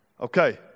Okay